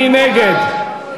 מי נגד?